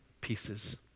pieces